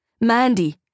Mandy